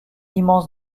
immense